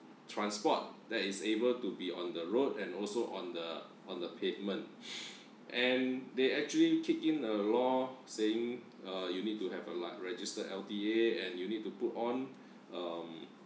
transport that is able to be on the road and also on the on the pavement and they actually kick-in a law saying uh you need to have a lic~ register L_T_A and you need to put on um